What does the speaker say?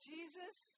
Jesus